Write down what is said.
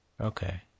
Okay